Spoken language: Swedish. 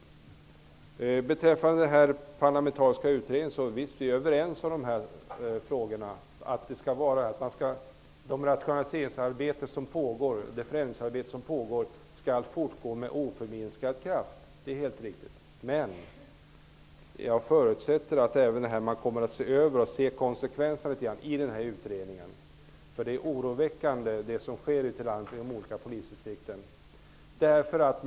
Beträffande den parlamentariska utredningen vill jag säga att vi är överens om att det rationaliseringsarbete och förändringsarbete som pågår skall fortgå med oförminskad kraft. Det är helt riktigt. Men jag förutsätter att man även här kommer att se över konsekvenserna i denna utredning. Det som sker ute i landet i de olika polisdistrikten är oroväckande.